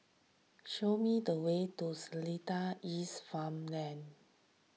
show me the way to Seletar East Farmway